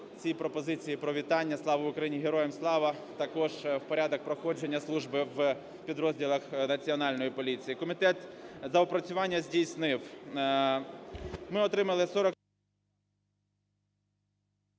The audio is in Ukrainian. ці пропозиції про вітання "Слава Україні! - Героям слава!" також в порядок проходження служби в підрозділах Національної поліції. Комітет доопрацювання здійснив,